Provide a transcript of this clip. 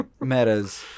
metas